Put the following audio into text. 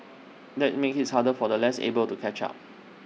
that makes his harder for the less able to catch up